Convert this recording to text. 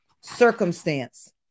circumstance